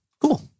Cool